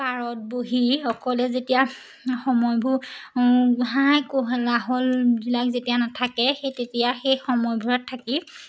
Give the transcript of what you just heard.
পাৰত বহি অকলে যেতিয়া সময়বোৰ হাই কোলাহলবিলাক যেতিয়া নাথাকে সেই তেতিয়া সেই সময়বোৰত থাকি